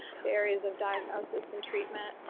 the areas of diagnosis and treatment,